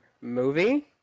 movie